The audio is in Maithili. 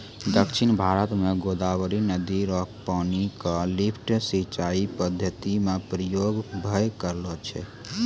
दक्षिण भारत म गोदावरी नदी र पानी क लिफ्ट सिंचाई पद्धति म प्रयोग भय रहलो छै